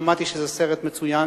שמעתי שזה סרט מצוין.